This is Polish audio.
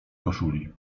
koszuli